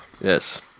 Yes